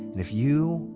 if you,